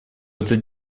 этот